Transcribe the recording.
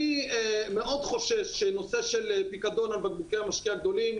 אני מאוד חושש שנושא של פיקדון על בקבוקי המשקה הגדולים